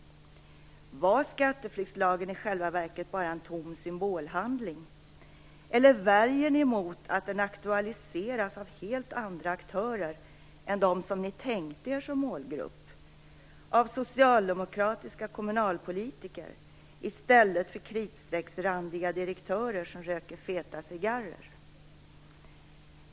Var skatteflyktslagen i själva verket bara en tom symbolhandling? Eller värjer ni er emot att den aktualiseras av helt andra aktörer än dem som ni tänkte er som målgrupp, av socialdemokratiska kommunalpolitiker i stället för kritstrecksrandiga direktörer som röker feta cigarrer?